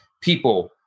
people